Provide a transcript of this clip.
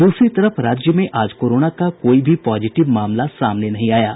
द्रसरी तरफ राज्य में आज कोरोना का कोई भी पॉजिटिव मामला सामने नहीं आया है